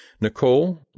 Nicole